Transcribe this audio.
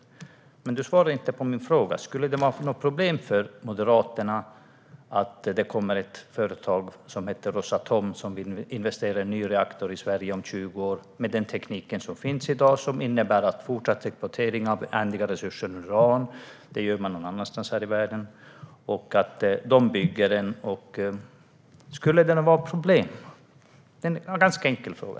Sofia Fölster svarade som sagt inte på min fråga. Skulle det vara ett problem för Moderaterna om det kommer ett företag som heter Rosatom och vill investera i och bygga en ny reaktor i Sverige om 20 år med den teknik som finns i dag som innebär en fortsatt exploatering någon annanstans i världen av den ändliga resursen uran? Skulle detta vara något problem? Detta är en ganska enkel fråga.